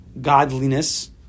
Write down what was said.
godliness